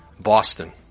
Boston